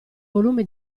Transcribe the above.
volume